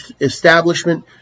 establishment